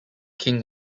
king